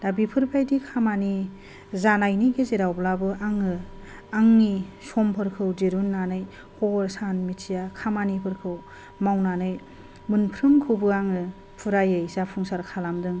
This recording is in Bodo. दा बेफोरबादि खामानि जानायनि गेजेरावब्लाबो आङो आंनि समफोरखौ दिहुन्नानै हर सान मिथिया खामानिफोरखौ मावनानै मोनफ्रोमखौबो आङो फुरायै जाफुंसार खालामदों